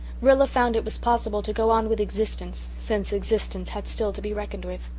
rilla found it was possible to go on with existence, since existence had still to be reckoned with.